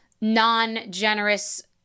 non-generous